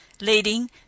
leading